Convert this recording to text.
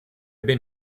been